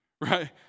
Right